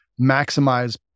maximize